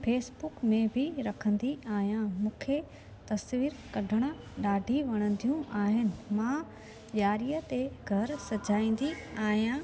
Facebook में बि रखंदी आहियां मूंखे तस्वीर कढणु ॾाढी वणंदियूं आहिनि मां ॾियारीअ ते घरु सजाईंदी आहियां